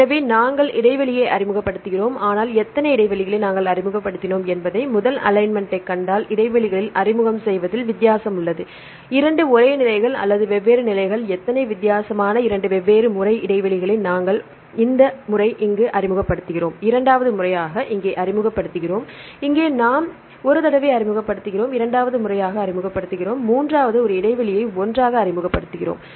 எனவே நாங்கள் இடைவெளிகளை அறிமுகப்படுத்துகிறோம் ஆனால் எத்தனை இடைவெளிகளை நாங்கள் அறிமுகப்படுத்தினோம் என்பதை முதல் அலைன்மென்ட்டைக் கண்டால் இடைவெளிகளில் அறிமுகம் செய்வதில் வித்தியாசம் உள்ளது 2 ஒரே நிலைகள் அல்லது வெவ்வேறு நிலைகள் எத்தனை வித்தியாசமான 2 வெவ்வேறு முறை இடைவெளிகளை நாங்கள் இந்த முறை இங்கு அறிமுகப்படுத்துகிறோம் இரண்டாவது முறையாக இங்கே அறிமுகப்படுத்துகிறோம் இங்கே நாம் இங்கே ஒரு தடவை அறிமுகப்படுத்துகிறோம் இரண்டாவது முறையாக இங்கே அறிமுகப்படுத்துகிறோம் மூன்றாவது ஒரு இடைவெளியை ஒன்றாக அறிமுகப்படுத்துகிறோம்